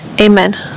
Amen